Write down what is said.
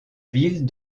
ville